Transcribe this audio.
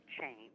change